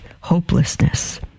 hopelessness